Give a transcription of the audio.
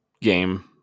game